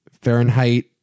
Fahrenheit